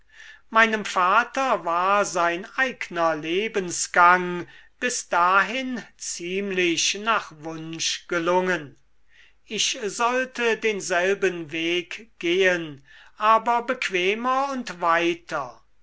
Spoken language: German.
meinem vater war sein eigner lebensgang bis dahin ziemlich nach wunsch gelungen ich sollte denselben weg gehen aber bequemer und weiter